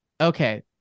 Okay